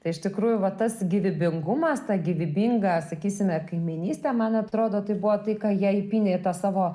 tai iš tikrųjų va tas gyvybingumas ta gyvybinga sakysime kaimynystė man na man atrodo tai buvo tai ką jie įpynė į tą savo